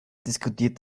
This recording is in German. diskutiert